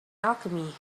alchemy